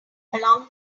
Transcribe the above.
along